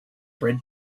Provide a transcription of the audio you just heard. bread